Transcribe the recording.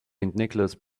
nicholas